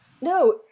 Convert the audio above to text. No